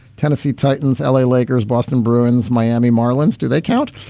tennessee titans, l a. lakers, boston bruins, miami marlins. do they count?